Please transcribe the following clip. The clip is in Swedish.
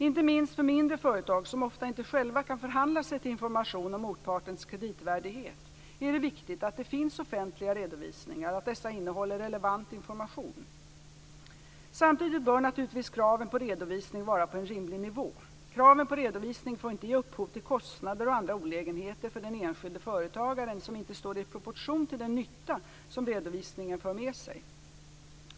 Inte minst för mindre företag, som ofta inte själva kan förhandla sig till information om motpartens kreditvärdighet, är det viktigt att det finns offentliga redovisningar och att dessa innehåller relevant information. Samtidigt bör naturligtvis kraven på redovisning ligga på en rimlig nivå. Kraven på redovisning får inte ge upphov till kostnader och andra olägenheter för den enskilde företagaren som inte står i proportion till den nytta som redovisningen för med sig.